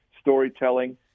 storytelling